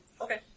Okay